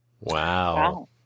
Wow